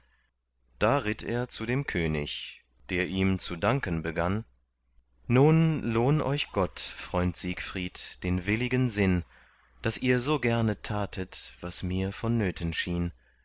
da ritt er zu dem könig der ihm zu danken begann nun lohn euch gott freund siegfried den willigen sinn daß ihr so gerne tatet was mir vonnöten schien